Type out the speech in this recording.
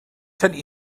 tynnu